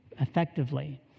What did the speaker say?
effectively